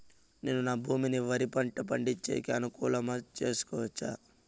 నేను నా భూమిని వరి పంట పండించేకి అనుకూలమా చేసుకోవచ్చా?